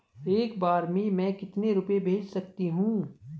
एक बार में मैं कितने रुपये भेज सकती हूँ?